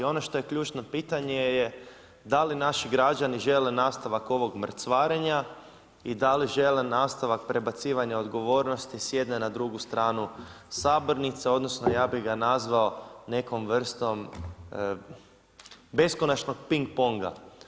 Ono što je ključno pitanje je da li naši građani žele nastavak ovog mrcvarenja i da li žele nastavak prebacivanja odgovornosti s jedne na drugu stranu sabornice odnosno ja bi ga nazvao nekom vrstom beskonačnog ping-ponga.